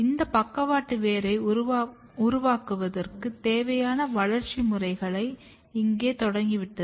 இந்த பக்கவாட்டு வேரை உருவாக்குவதற்குத் தேவையான வளர்ச்சித் முறைகள் இங்கே தொடங்கிவிட்டது